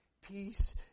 Peace